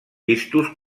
vistos